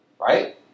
right